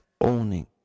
owning